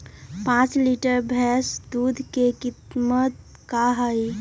पाँच लीटर भेस दूध के कीमत का होई?